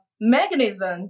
mechanism